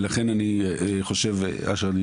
אשר,